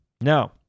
now